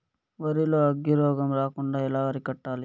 వరి లో అగ్గి రోగం రాకుండా ఎలా అరికట్టాలి?